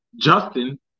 Justin